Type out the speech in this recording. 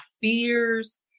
fears